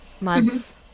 months